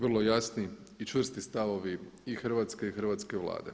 Vrlo jasni i čvrsti stavovi i Hrvatske i Hrvatske vlade.